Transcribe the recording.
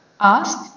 Ask